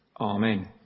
Amen